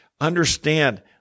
understand